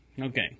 Okay